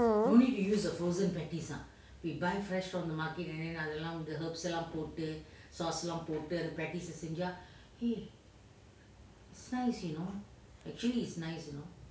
um